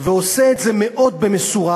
ועושה את זה מאוד במשורה,